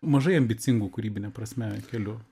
mažai ambicingų kūrybine prasme keliu